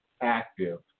active